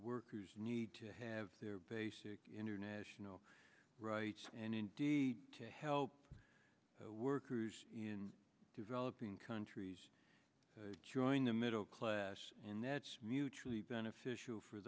workers need to have their basic international rights and indeed to help workers in developing countries join the middle class and that's mutually beneficial for